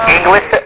English